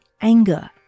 Anger